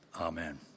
Amen